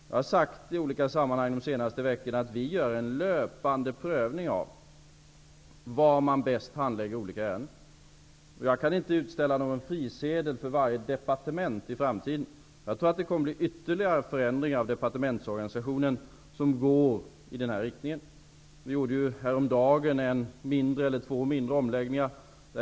Jag har i olka sammanhang under de senaste veckorna sagt att vi gör en löpande prövning av var man bäst handlägger olika ärenden. Jag kan inte utställa någon frisedel för varje departement i framtiden. Jag tror att det kommer att ske ytterligare förändringar av departementsorganisationen som går i den här riktningen. Häromdagen gjorde vi två mindre omläggningar.